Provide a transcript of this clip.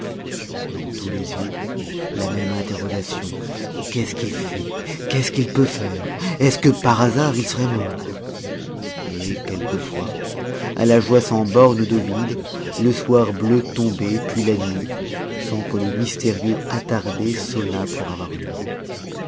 dans tous les yeux la même interrogation qu'est-ce qu'il fait qu'est-ce qu'il peut faire est-ce que par hasard il serait mort et quelquefois à la joie sans bornes d'ovide le soir bleu tombait puis la nuit sans que le mystérieux attardé sonnât pour avoir une lampe